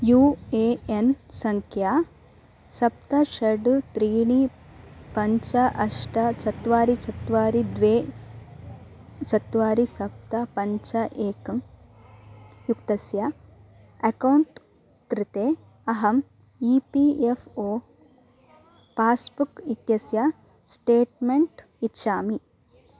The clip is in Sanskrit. यू ए एन् संख्या सप्त षट् त्रीणि पञ्च अष्ट चत्वारि चत्वारि द्वे चत्वारि सप्त पञ्च एकं युक्तस्य अकौण्ट् कृते अहम् E P F O passbook इत्यस्य स्टेट्मेण्ट् इच्छामि